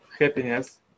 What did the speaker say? happiness